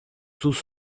sus